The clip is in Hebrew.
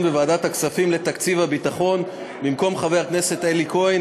וועדת הכספים לתקציב הביטחון: במקום חבר הכנסת אלי כהן,